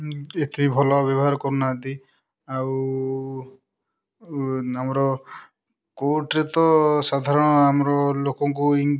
ଏତେ ଭଲ ବ୍ୟବହାର କରୁନାହାଁନ୍ତି ଆଉ ଆମର କୋର୍ଟରେ ତ ସାଧାରଣ ଆମର ଲୋକଙ୍କୁ